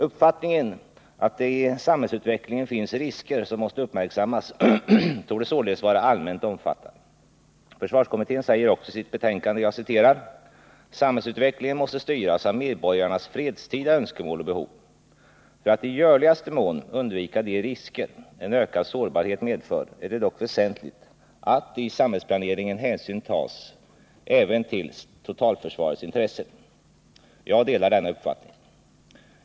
Uppfattningen att det i samhällsutvecklingen finns risker som måste uppmärksammas torde således vara allmänt omfattad. Försvarskommittén säger också i sitt betänkande: ”Samhällsutvecklingen måste styras av medborgarnas fredstida önskemål och behov. För att i görligaste mån undvika de risker en ökad sårbarhet medför är det dock väsentligt att i samhällsplaneringen hänsyn även tas till totalförsvarets intressen.” Jag delar denna uppfattning.